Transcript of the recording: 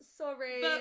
sorry